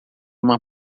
uma